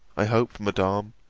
i hope, madam,